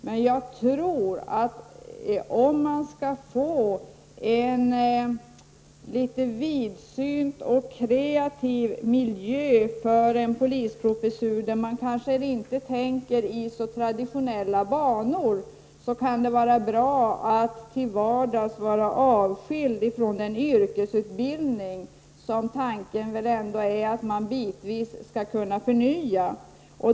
Men jag tror att om vi skall få en litet vidsynt och kreativ miljö för en polisprofessur där man kanske inte tänker i så traditionella banor kan det vara bra att till vardags vara avskild från den yrkesutbildning som, så som tanken väl ändå var, bitvis skall kunna förnyas.